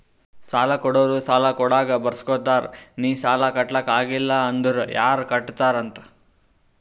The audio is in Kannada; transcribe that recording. ಸಾಲಾ ಕೊಡೋರು ಸಾಲಾ ಕೊಡಾಗ್ ಬರ್ಸ್ಗೊತ್ತಾರ್ ನಿ ಸಾಲಾ ಕಟ್ಲಾಕ್ ಆಗಿಲ್ಲ ಅಂದುರ್ ಯಾರ್ ಕಟ್ಟತ್ತಾರ್ ಅಂತ್